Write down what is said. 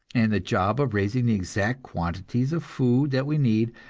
and the job of raising the exact quantities of food that we need,